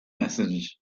methods